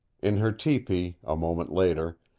in her tepee, a moment later,